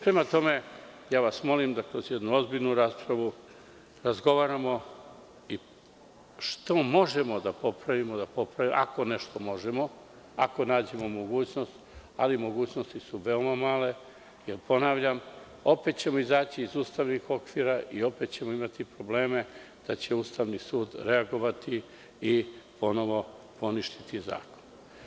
Prema tome, ja vas molim da kroz jednu ozbiljnu raspravu razgovaramo i što možemo da popravimo da popravimo, ako nešto možemo, ako nađemo mogućnost, ali mogućnosti su veoma male, jer, ponavljam, opet ćemo izaći iz ustavnih okvira i opet ćemo imati probleme da će Ustavni sud reagovati i ponovo poništiti zakon.